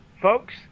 Folks